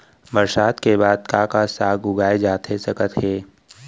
बरसात के बाद का का साग उगाए जाथे सकत हे?